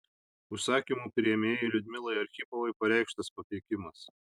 užsakymų priėmėjai liudmilai archipovai pareikštas papeikimas